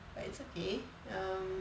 but it's okay um